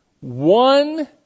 one